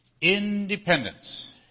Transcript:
Independence